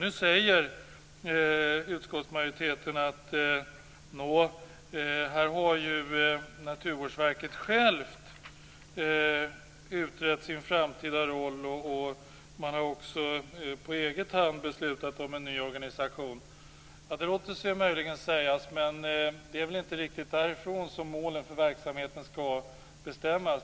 Nu säger utskottsmajoriteten att Naturvårdsverket självt har utrett sin framtida roll och att man också på egen hand har beslutat om en ny organisation. Det låter sig möjligen sägas, men det är väl inte riktigt därifrån som målen för verksamheten skall bestämmas.